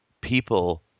people